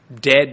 dead